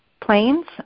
planes